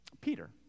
Peter